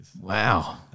Wow